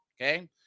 okay